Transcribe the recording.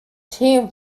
team